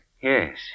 Yes